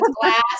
glass